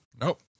Nope